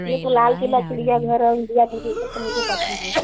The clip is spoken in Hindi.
एक लाल क़िला चिड़ियाघर और इंडिया गेट का तो मुझे पता ही है